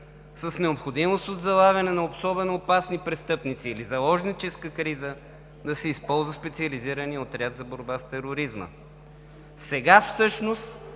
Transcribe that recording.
необходимост от залавяне на особено опасни престъпници при кризисна ситуация или заложническа криза да се използва Специализираният отряд за борба с тероризма. Сега всъщност